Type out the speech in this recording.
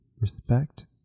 respect